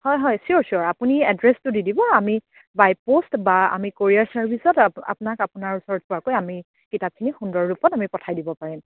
হয় হয় sure sure আপুনি এড্ৰেছটো দি দিব আমি বাই পোষ্ট বা আমি কোৰিয়াৰ ছাৰ্ভিচত আপ আপোনাক আপোনাৰ ওচৰত পোৱাকৈ আমি কিতাপখিনি সুন্দৰ ৰূপত আমি পঠাই দিব পাৰিম